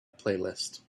playlist